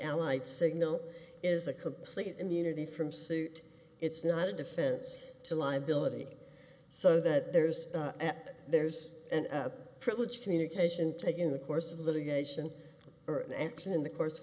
allied signal is a complete immunity from suit it's not a defense to lie belittling so that there's at there's a privilege communication take in the course of litigation or an action in the course of